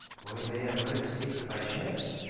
or he may have learned the secret by chance,